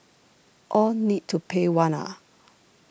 all need to pay one ah